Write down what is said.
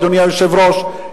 אדוני היושב-ראש,